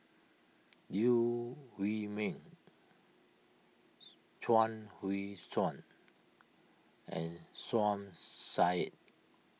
Liew Wee Mee Chuang Hui Tsuan and Som Said